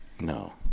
No